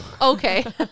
okay